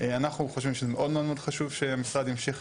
אנחנו חושבים שזה מאוד מאוד חשוב שהמשרד ימשיך